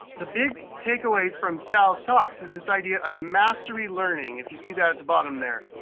the big takeaway from sal's talks is this idea of mastery learning, if you see that at the bottom there.